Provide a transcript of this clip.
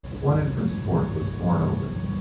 one entrance port was torn open,